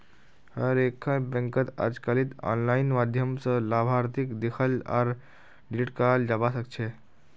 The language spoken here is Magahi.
हर एकखन बैंकत अजकालित आनलाइन माध्यम स लाभार्थीक देखाल आर डिलीट कराल जाबा सकेछे